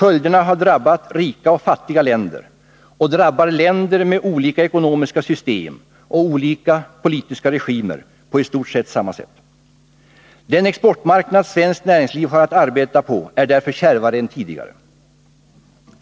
Följderna har drabbat rika och fattiga länder och drabbar länder med olika ekonomiska system och olika politiska regimer på i stort sett samma sätt. Den exportmarknad svenskt näringsliv har att arbeta på är därför kärvare än tidigare.